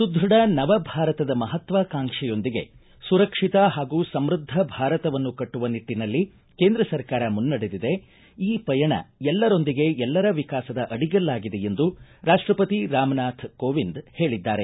ಸುದ್ಭಢ ನವಭಾರತದ ಮಹತ್ವಾಕಾಂಕ್ಷೆಯೊಂದಿಗೆ ಸುರಕ್ಷಿತ ಹಾಗೂ ಸಮೃದ್ದ ಭಾರತವನ್ನು ಕಟ್ಟುವ ನಿಟ್ಟನಲ್ಲಿ ಕೇಂದ್ರ ಸರ್ಕಾರ ಮುನ್ನಡೆದಿದೆ ಈ ಪಯಣ ಎಲ್ಲರೊಂದಿಗೆ ಎಲ್ಲರ ವಿಕಾಸದ ಅಡಿಗಲ್ಲಾಗಿದೆ ಎಂದು ರಾಷ್ಟಪತಿ ರಾಮನಾಥ ಕೋವಿಂದ್ ಹೇಳಿದ್ದಾರೆ